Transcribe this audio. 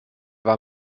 war